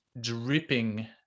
dripping